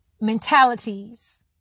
mentalities